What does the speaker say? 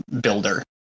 builder